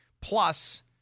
plus